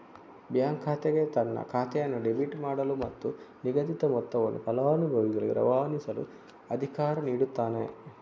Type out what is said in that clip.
bank ಶಾಖೆಗೆ ತನ್ನ ಖಾತೆಯನ್ನು ಡೆಬಿಟ್ ಮಾಡಲು ಮತ್ತು ನಿಗದಿತ ಮೊತ್ತವನ್ನು ಫಲಾನುಭವಿಗೆ ರವಾನಿಸಲು ಅಧಿಕಾರ ನೀಡುತ್ತಾನೆ